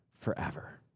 forever